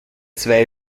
zwei